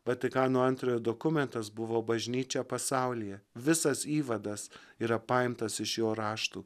vatikano antrojo dokumentas buvo bažnyčia pasaulyje visas įvadas yra paimtas iš jo raštų